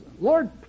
Lord